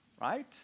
right